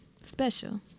Special